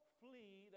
flee